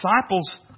Disciples